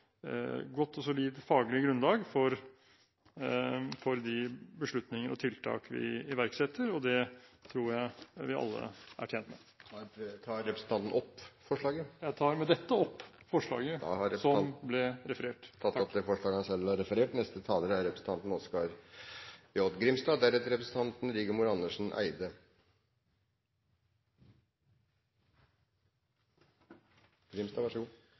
godt og solid faglig grunnlag for de beslutninger og tiltak vi iverksetter. Det tror jeg vi alle er tjent med. Jeg tar med dette opp forslaget som ble referert. Representanten Nikolai Astrup har tatt opp det forslaget han refererte til. For å nå måla i klimaforliket er